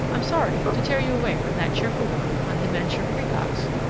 i'm sorry to tear you away from that cheerful work on dementia precox,